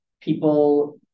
people